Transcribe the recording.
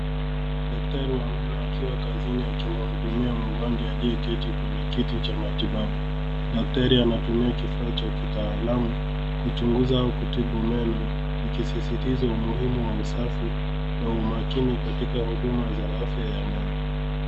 Daktari wa meno akiwa kazini akimhudumia mgonjwa aliyeketi kwenye kiti cha matibabu. Daktari anatumia kifaa cha kitaalamu kuchunguza au kutibu meno ikisisitiza umuhimu wa usafi na umakini katika huduma za afya ya meno.